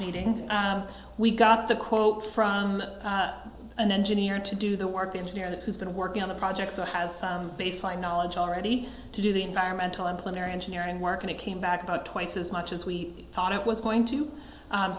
meeting we got the quote from an engineer to do the work the engineer that has been working on the project so has some baseline knowledge already to do the environmental and plan engineering work and it came back about twice as much as we thought it was going to